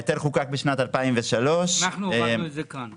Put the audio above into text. ההיטל חוקק בשנת 2003. הורדנו את זה כאן.